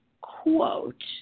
quote